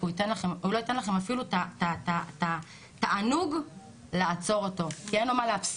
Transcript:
כי הוא לא ייתן לכם אפילו את התענוג לעצור אותו כי אין לו מה להפסיד.